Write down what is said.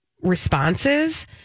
responses